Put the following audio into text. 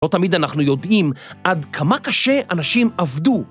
לא תמיד אנחנו יודעים עד כמה קשה אנשים עבדו.